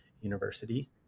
University